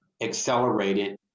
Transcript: accelerated